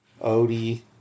Odie